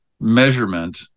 measurement